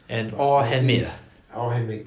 and all handmade ah